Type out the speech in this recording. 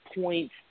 point